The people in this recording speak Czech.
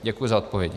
Děkuji za odpovědi.